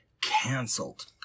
cancelled